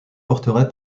porterai